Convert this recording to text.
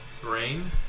brain